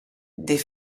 des